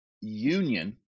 union